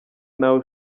nawe